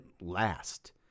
last